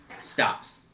stops